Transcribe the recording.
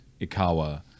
ikawa